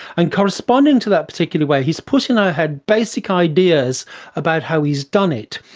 and corresponding to that particular way he has put in our head basic ideas about how he has done it,